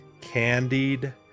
Candied